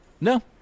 no